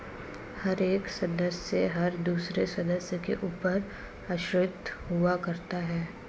हर एक सदस्य हर दूसरे सदस्य के ऊपर आश्रित हुआ करता है